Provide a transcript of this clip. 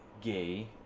gay